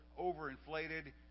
overinflated